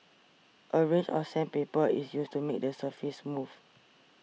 a range of sandpaper is used to make the surface smooth